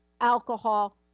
alcohol